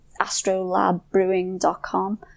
astrolabbrewing.com